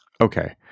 Okay